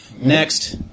Next